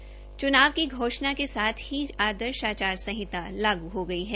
चुनाव की घोषणा के साथ ही आदर्श आचार संहिता लागू हो गई है